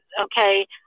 okay